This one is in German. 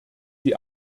die